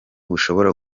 bushobora